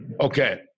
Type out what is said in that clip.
Okay